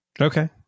Okay